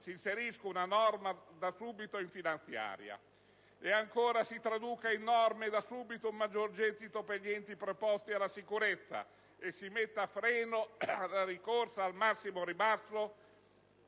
si inserisca da subito una norma in finanziaria. Ed ancora, si traduca in norma da subito un maggiore gettito per gli enti preposti alla sicurezza e si metta freno alla rincorsa del massimo ribasso,